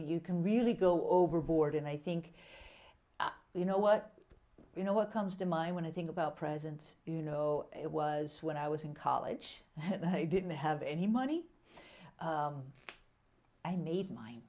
you can really go overboard and i think you know what you know what comes to mind when i think about present you know it was when i was in college i didn't have any money i made mine